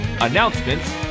Announcements